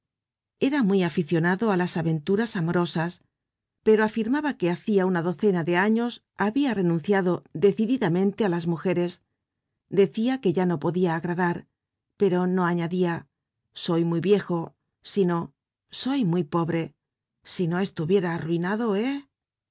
era muy aficionado á las aventuras amorosas pero afirmaba que hacia una docena de años habia renunciado decididamente á las mujeres deciaque ya nopodia agradar pero no anadia soy muy viejo sino soy muy pobre si no estuviera arruinado eh